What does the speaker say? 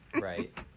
Right